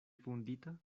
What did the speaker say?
vundita